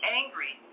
angry